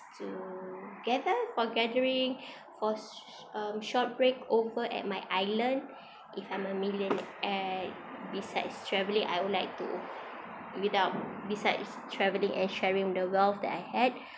to gather for gathering for um short break over at my island if I'm a millionaire besides travelling I would like to without besides travelling and sharing the wealth that I had